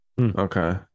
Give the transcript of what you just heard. okay